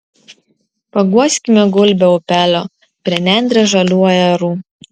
paguoskime gulbę upelio prie nendrės žalių ajerų